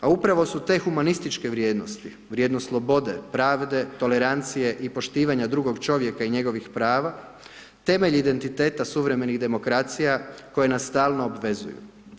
A upravo su te humanističke vrijednosti, vrijednost slobode, pravde, tolerancije i poštivanja drugog čovjeka i njegovih prava, temelj identiteta suvremenih demokracija koje nas stalno obvezuju.